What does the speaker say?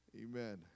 Amen